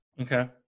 Okay